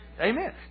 Amen